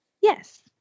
Yes